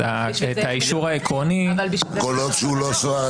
האישור העקרוני -- כל עוד שאין לו ביטוח.